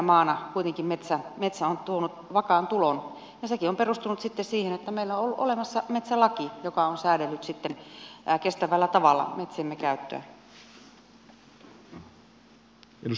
köyhässä maassa kuitenkin metsä on tuonut vakaan tulon ja sekin on perustunut sitten siihen että meillä on ollut olemassa metsälaki joka on säädellyt sitten kestävällä tavalla metsiemme käyttöä